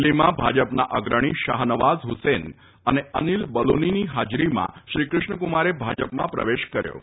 દિલ્હીમાં ભાજપના અગ્રણી શાહનવાઝ હુસૈન અને અનિલ બલુનીની હાજરીમાં શ્રી કૃષ્ણકુમારે ભાજપમાં પ્રવેશ કર્યો હતો